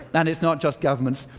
and it's not just governments,